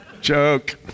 Joke